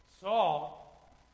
Saul